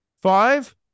Five